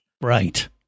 right